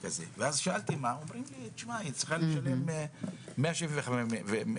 ואז שאלתי מה העניין אז אמרו לי שהיא צריכה לשלם 175 שקלים.